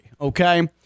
okay